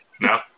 No